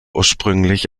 ursprünglich